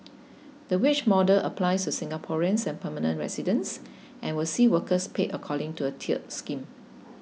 the wage model applies to Singaporeans and permanent residents and will see workers paid according to a tiered scheme